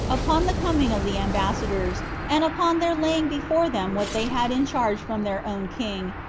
upon the coming of the ambassadors, and upon their laying before them what they had in charge from their own king,